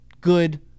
good